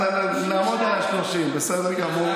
אז נעמוד על 30, בסדר גמור.